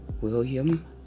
William